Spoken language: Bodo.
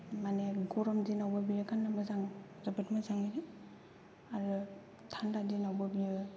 माने गरम दिनावबो बेनो गाननो मोजां जोबोद मोजांयैनो आरो थान्दा दिनावबो बियो